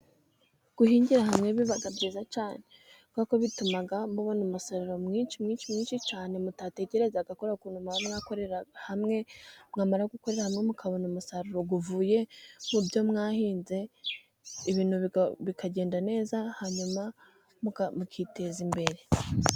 Guhingira hamwe biba byiza cyane kuko bituma mubona umusaruro mwinshi mwinshi mwinshi cyane mutatekerezaga, kubera ukuntu muba mwakorera hamwe, mwamara gukorera hamwe mukabona umusaruro uvuye mu byo mwahinze, ibintu bikagenda neza hanyuma mukiteza imbere.